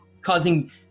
causing